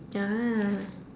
ya